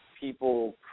people